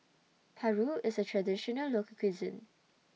Paru IS A Traditional Local Cuisine